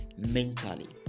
mentally